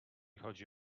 chodzi